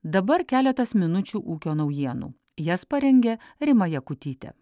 dabar keletas minučių ūkio naujienų jas parengė rima jakutytė